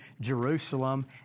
Jerusalem